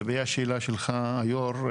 לגבי השאלה שלך היו"ר,